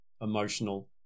emotional